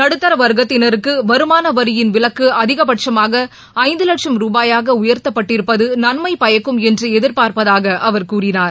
நடுத்தர வர்க்கத்தினருக்கு வருமான வரியின் விலக்கு அதிகபட்சமாக ஐந்து லட்சம் ருபாயாக உயர்த்தபட்டிருப்பது நன்மை பயக்கும் என்று எதிர்பார்ப்பதாக அவர் கூறினார்